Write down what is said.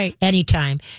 anytime